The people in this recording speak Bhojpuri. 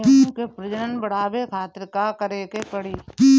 गेहूं के प्रजनन बढ़ावे खातिर का करे के पड़ी?